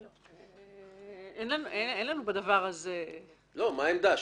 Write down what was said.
אין לנו בדבר הזה עמדה.